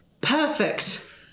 perfect